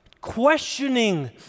questioning